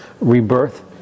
rebirth